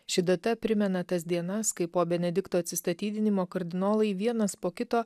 ši data primena tas dienas kai po benedikto atsistatydinimo kardinolai vienas po kito